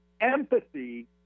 Empathy